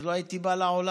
לא הייתי בא לעולם.